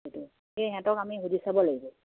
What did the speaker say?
সেইটো সেই সিহঁতক আমি সুধি চাব লাগিব